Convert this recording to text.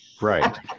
Right